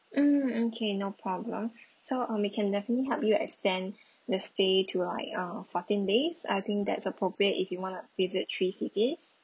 mm okay no problem so um we can definitely help you extend the stay to like uh fourteen days I think that's appropriate if you wanna visit three cities